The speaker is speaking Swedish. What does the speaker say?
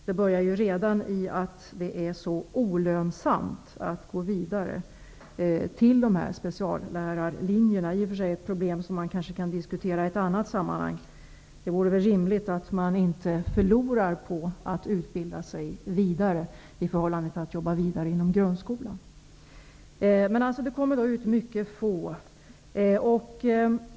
Det uppstår redan i att det är så olönsamt att gå vidare till dessa speciallärarlinjer. Det är i och för sig ett problem som kanske kan diskuteras i ett annat sammanhang. Men det vore rimligt att man inte förlorar på att vidareutbilda sig i förhållande till att fortsätta att arbeta inom grundskolan. Det examineras alltså mycket få speciallärare.